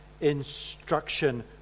instruction